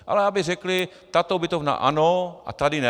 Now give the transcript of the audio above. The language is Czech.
Ale aby řekli tato ubytovna ano a tady ne.